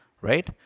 right